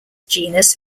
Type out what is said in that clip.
genus